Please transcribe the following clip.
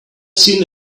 seen